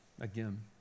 again